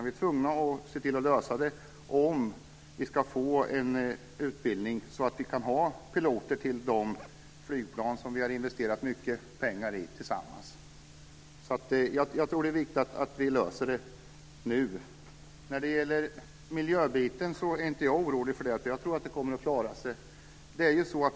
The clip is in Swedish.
Vi är tvungna att lösa frågan om vi vill ha en utbildning som ger oss piloter till de flygplan som vi tillsammans har investerat mycket pengar i. Jag tror att det är viktigt att vi löser frågan nu. Jag är inte orolig för miljön. Jag tror att det kommer att klara sig.